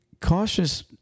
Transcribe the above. cautious